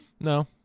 No